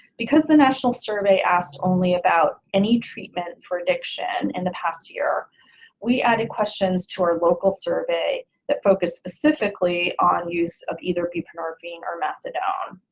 because the national survey asked only about any treatment for addiction in and the past year we added questions to our local survey that focused specifically on use of either buprenorphine or methadone.